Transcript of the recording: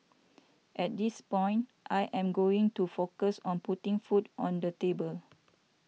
at this point I am going to focus on putting food on the table